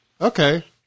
Okay